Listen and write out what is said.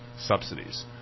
subsidies